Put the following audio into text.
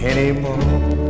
Anymore